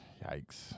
Yikes